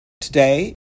Today